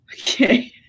Okay